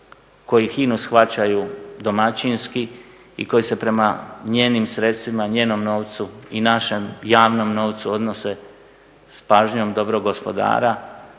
koji HIN-u shvaćaju domaćinski i koji se prema njenim sredstvima, njenom novcu i našem javnom novcu odnose s pažnjom dobrog gospodara.